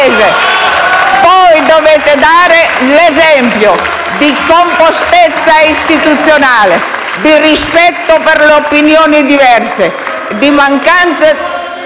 Voi dovete dare l'esempio di compostezza istituzionale, di rispetto per le opinioni diverse. *(Proteste dei